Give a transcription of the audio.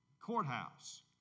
courthouse